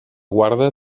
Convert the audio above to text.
guarda